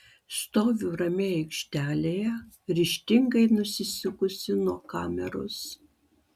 stoviu ramiai aikštelėje ryžtingai nusisukusi nuo kameros